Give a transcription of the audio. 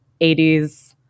80s